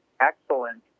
excellent